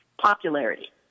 popularity